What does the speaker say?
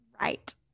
Right